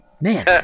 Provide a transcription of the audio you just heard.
Man